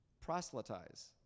proselytize